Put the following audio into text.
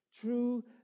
True